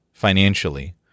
financially